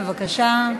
בבקשה.